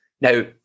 Now